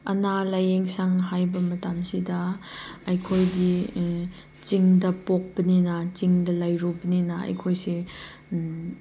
ꯑꯅꯥ ꯂꯥꯏꯌꯦꯡꯁꯪ ꯍꯥꯏꯕ ꯃꯇꯝꯁꯤꯗ ꯑꯩꯈꯣꯏꯒꯤ ꯆꯤꯡꯗ ꯄꯣꯛꯄꯅꯤꯅ ꯆꯤꯡꯗ ꯂꯩꯔꯨꯕꯅꯤꯅ ꯑꯩꯈꯣꯏꯁꯦ